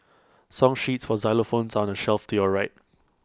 song sheets for xylophones are on the shelf to your right